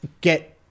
get